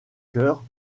cœur